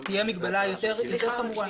תהיה מגבלה יותר חמורה.